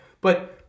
but-